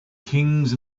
kings